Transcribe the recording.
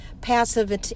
passive